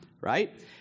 right